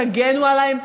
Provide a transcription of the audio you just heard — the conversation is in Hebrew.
תגנו עליהם.